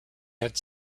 had